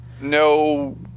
no